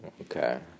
Okay